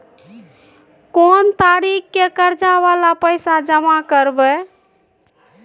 कोन तारीख के कर्जा वाला पैसा जमा करबे?